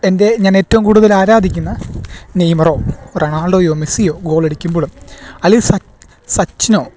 എൻ്റെ ഞാൻ ഏറ്റവും കൂടുതൽ ആരാധിക്കുന്നെ നെയിമെറോ റൊണാൾഡോയോ മെസിയോ ഗോളടിക്കുമ്പോൾ അല്ലെ സ സച്ചിനോ